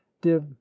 div